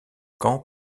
quand